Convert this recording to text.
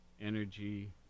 energy